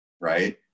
right